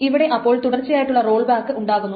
ഇവിടെ അപ്പോൾ തുടർച്ചയായുള്ള റോൾ ബാക്ക് ഉണ്ടാകുന്നു